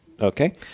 okay